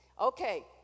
Okay